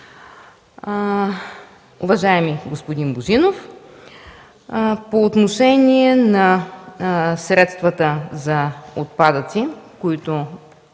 Уважаеми господин Божинов, по отношение на средствата за отпадъци, които